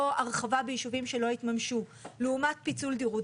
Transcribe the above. או הרחבה ביישובים שלא התממשו לעומת פיצול דירות,